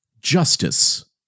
justice